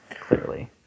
clearly